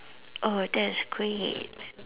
oh that's great